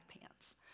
pants